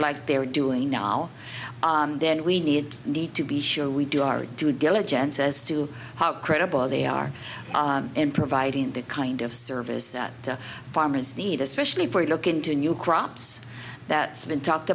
like they're doing now then we need need to be sure we do our due diligence as to how credible they are in providing the kind of service that farmers need especially look into new crops that's been talked